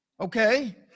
Okay